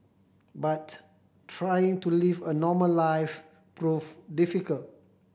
but trying to live a normal life proved difficult